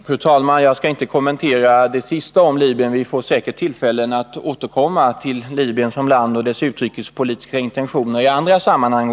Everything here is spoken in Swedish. Fru talman! Jag skall inte kommentera det som senast anfördes om Libyen. Vi får säkert tillfälle att återkomma till Libyen som land och dess utrikespolitiska intentioner i andra sammanhang.